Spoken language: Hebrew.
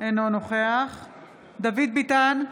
אינו נוכח דוד ביטן,